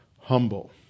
humble